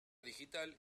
digital